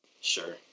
Sure